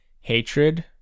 Hatred